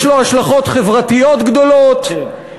יש לו השלכות חברתיות גדולות,